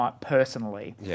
personally